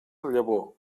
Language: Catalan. llavor